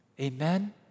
Amen